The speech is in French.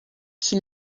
qui